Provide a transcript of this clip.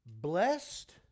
Blessed